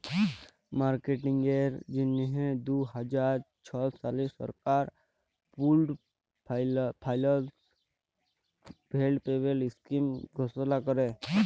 মার্কেটিংয়ের জ্যনহে দু হাজার ছ সালে সরকার পুল্ড ফিল্যাল্স ডেভেলপমেল্ট ইস্কিম ঘষলা ক্যরে